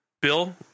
Bill